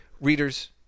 Readers